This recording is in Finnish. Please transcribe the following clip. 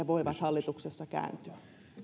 voivat hallituksessa kääntyä